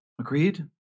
Agreed